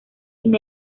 sin